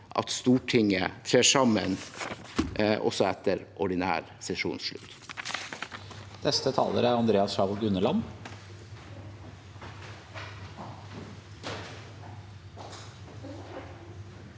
at Stortinget trer sammen også etter ordinær sesjonsslutt.